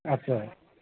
আচ্ছা